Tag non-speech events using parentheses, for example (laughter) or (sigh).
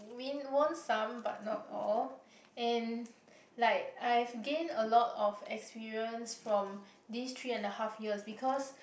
win won some but not all and (breath) like I've gained a lot of experience from these three and a half years because